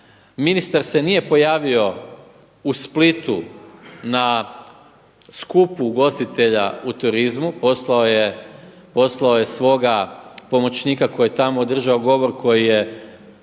Ministar se nije pojavio u Splitu na skupu ugostitelja u turizmu, poslao je svoga pomoćnika koji je tamo održao govor, koji je